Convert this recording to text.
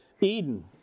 Eden